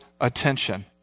attention